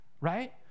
Right